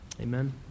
Amen